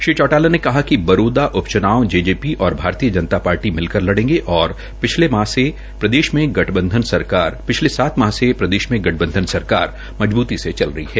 श्री चौटाला ने कहा कि बरोदा उप चूनाव जे जे पी और भारतीय जनता पार्टी मिलकर लड़ेगे और पिछले सात माह से प्रदेश में गठबंधन सरकार मजबूती से चल रही है